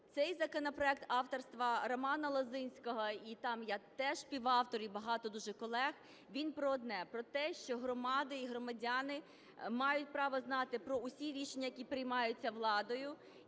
Цей законопроект авторства Романа Лозинського, і там я теж співавтор, і багато дуже колег, він про одне – про те, що громади і громадяни мають право знати про всі рішення, які приймаються владою,